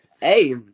Hey